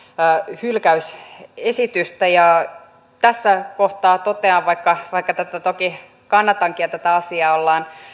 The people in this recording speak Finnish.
hylkäysesitystä tässä kohtaa vaikka vaikka tätä toki kannatankin ja tätä asiaa ollaan